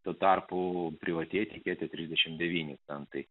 tuo tarpu priartėti iki trisdešimt devyni centai